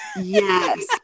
Yes